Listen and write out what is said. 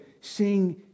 seeing